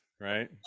right